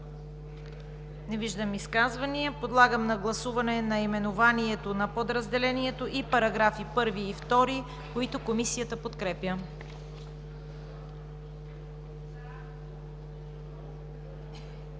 Не виждам изказвания. Подлагам на гласуване наименованието на подразделението и параграфи 1 и 2, които Комисията подкрепя.